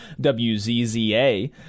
WZZA